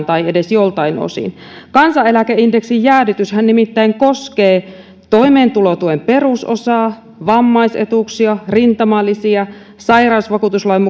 tai edes joiltain osin kansaneläkeindeksin jäädytyshän nimittäin koskee toimeentulotuen perusosaa vammaisetuuksia rintamalisiä sairausvakuutuslain